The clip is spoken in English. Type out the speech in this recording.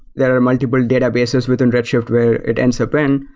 there are multiple databases within red shift where it ends up in,